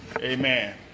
Amen